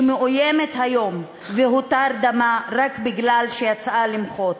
שמאוימת היום והותר דמה רק כי יצאה למחות.